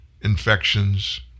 Infections